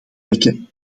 wekken